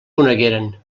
conegueren